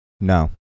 No